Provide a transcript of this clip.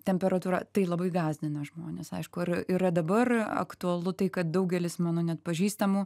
temperatūra tai labai gąsdina žmones aišku ir yra dabar aktualu tai kad daugelis mano net pažįstamų